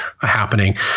happening